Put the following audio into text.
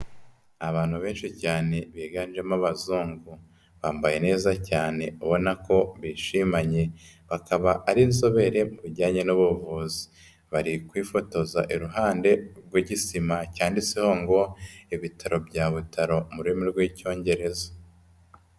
Abantu benshi cyane biganjemo abazungu, bambaye neza cyane, ubona ko bishimanye bakaba ari inzobere mu bijyanye n'ubuvuzi, bari kwifotoza iruhande rw'igisima cyanditseho ngo ibitaro bya Butaro mu ururimi rw'Icyongereza.